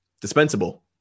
dispensable